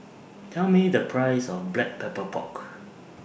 Tell Me The Price of Black Pepper Pork